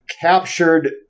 captured